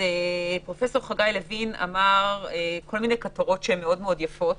פרופ' חגי לוין אמר כל מיני כותרות שהן מאוד מאוד יפות,